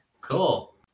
cool